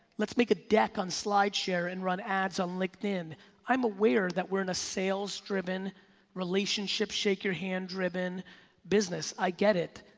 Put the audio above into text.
let's make a deck on slideshare and run ads on linkedin. i'm aware that we're in a sales driven relationship, shake your hand driven business, i get it.